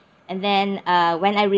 and then uh when I